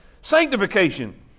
sanctification